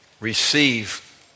Receive